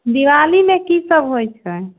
दिवालीमे किसब होइ छै